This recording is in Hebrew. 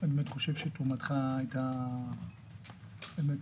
אני באמת חושב שתרומתך הייתה מפוארת